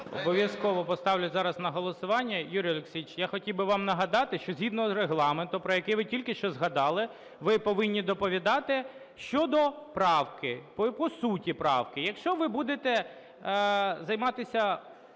Обов'язково поставлю зараз на голосування. Юрій Олексійович, я хотів би вам нагадати, що згідно Регламенту, про який ви тільки що згадали, ви повинні доповідати щодо правки, по суті правки. Якщо ви будете займатися,